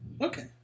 Okay